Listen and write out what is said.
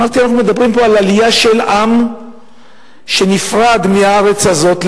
אמרתי: אנחנו מדברים פה על עלייה של עם שנפרד מהארץ הזאת,